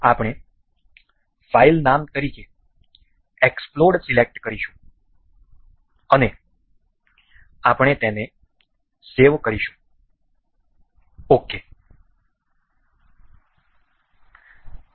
આપણે ફાઇલ નામ તરીકે એક્સપ્લોડ સિલેક્ટ કરીશું અને આપણે તેને સેવ કરીશું ok